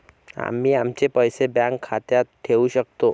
आम्ही आमचे पैसे बँक खात्यात ठेवू शकतो